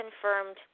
confirmed